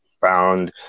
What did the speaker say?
found